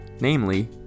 namely